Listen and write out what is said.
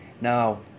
Now